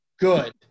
good